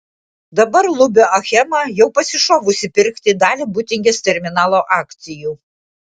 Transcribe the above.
dabar lubio achema jau pasišovusi pirkti dalį būtingės terminalo akcijų